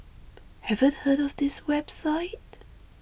haven't heard of this website